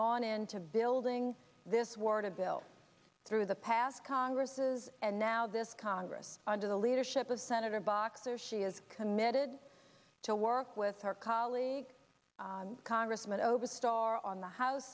gone into building this warded bill through the past congresses and now this congress under the leadership of senator boxer she is committed to work with her colleague congressman oberstar on the house